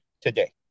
today